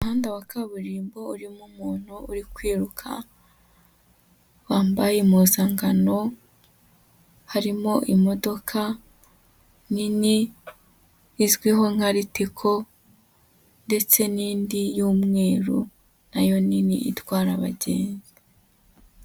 Umuhanda wa kaburimbo urimo umuntu uri kwiruka, wambaye impuzankano, harimo imodoka nini izwiho nka Ritiko ndetse n'indi y'umweru na yo nini itwara abagenzi.